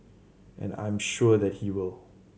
and I am sure that he will